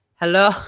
Hello